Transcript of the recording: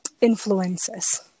influences